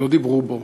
שלא דיברו בו,